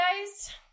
guys